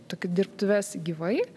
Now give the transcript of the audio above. tokių dirbtuves gyvai